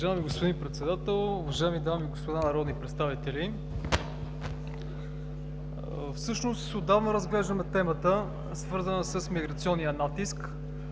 Уважаеми господин Председател, уважаеми дами и господа народни представители! Всъщност отдавна разглеждаме темата, свързана с миграционния натиск